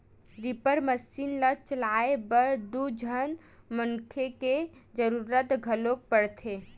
reaper machine ल चलाए बर दू झन मनखे के जरूरत घलोक परथे